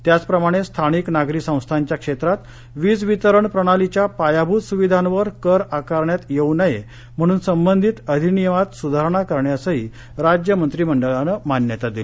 त्याचप्रमाणे स्थानिक नागरी संस्थांच्या क्षेत्रात वीज वितरण प्रणालीच्या पायाभूत सुविधांवर कर आकारण्यात येऊ नये म्हणून संबंधित अधिनियमात सुधारणा करण्यासही राज्य मंत्रिमंडळानं मान्यता दिली